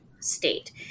state